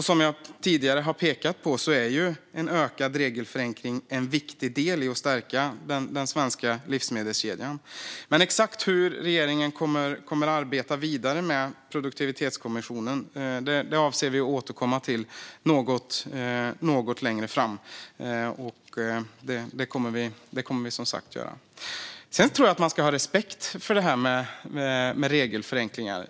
Som jag tidigare har pekat på är en ökad regelförenkling en viktig del i att stärka den svenska livsmedelskedjan. Men exakt hur regeringen kommer att arbeta vidare med produktivitetskommissionen avser vi att återkomma till något längre fram. Sedan tror jag att man behöver ha respekt för det här med regelförenklingar.